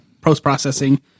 post-processing